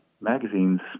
magazines